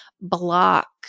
block